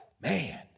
man